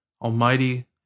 Almighty